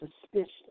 suspicious